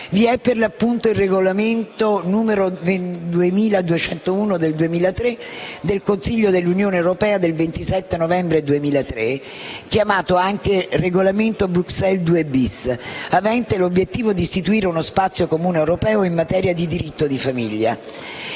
Vi è per l'appunto il regolamento n. 2201 del Consiglio dell'Unione europea del 27 novembre 2003, chiamato anche regolamento Bruxelles II-*bis*, avente l'obiettivo di istituire uno spazio comune europeo in materia di diritto di famiglia.